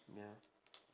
ya